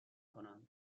کنند